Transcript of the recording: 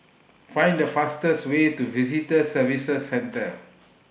Find The fastest Way to Visitor Services Centre